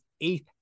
eighth